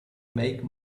make